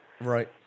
Right